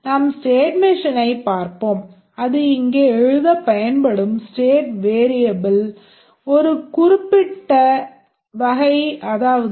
நாம் state machine ஐப் பார்ப்போம் அது இங்கே எழுதப் பயன்படும் ஸ்டேட் வெரியபில் ஆகும்